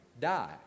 die